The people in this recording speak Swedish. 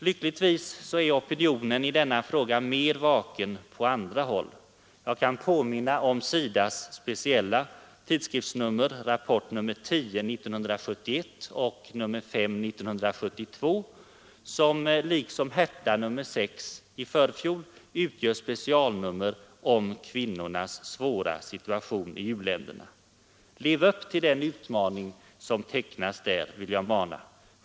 Lyckligtvis är opinionen i denna fråga mera vaken på andra håll än hos regeringspartiet. Jag kan påminna om SIDA ss tidskrift Rapport nr 10 år 1971 och nr 5 1972, vilka liksom Hertha nr 6, 1971, utgör specialnummer om kvinnornas svåra situation i u-länderna. Lev upp till den utmaning som tecknas där!